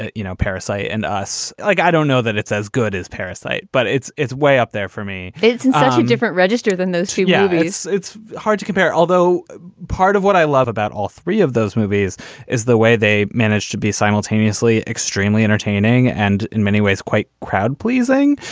ah you know, parasyte and us. like, i don't know that it's as good as parasyte, but it's it's way up there for me. it's such a different register than those three rabbits. it's hard to compare, although part of what i love about all three of those movies is the way they managed to be simultaneously extremely entertaining and in many ways quite crowd-pleasing.